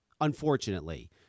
unfortunately